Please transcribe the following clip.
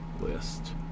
list